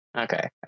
Okay